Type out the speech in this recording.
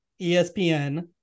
ESPN